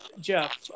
Jeff